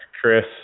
Chris